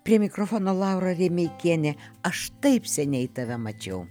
prie mikrofono laura remeikienė aš taip seniai tave mačiau